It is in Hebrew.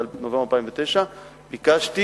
בנובמבר 2009 ביקשתי